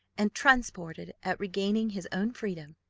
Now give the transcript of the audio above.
and, transported at regaining his own freedom,